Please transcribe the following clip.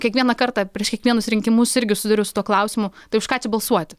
kiekvieną kartą prieš kiekvienus rinkimus irgi susiduriu su tuo klausimu tai už ką čia balsuoti